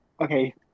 Okay